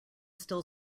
still